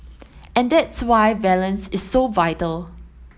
and that's why balance is so vital